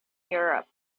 europe